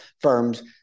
firms